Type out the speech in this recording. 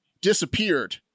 disappeared